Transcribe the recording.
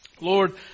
Lord